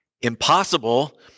impossible